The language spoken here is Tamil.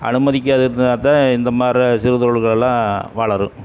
அனுமதிக்காத இருந்தால் தான் இந்த மாரி சிறு தொழில்கள்லாம் வளரும்